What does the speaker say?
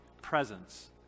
presence